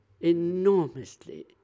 enormously